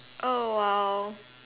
oh !wow!